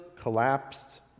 collapsed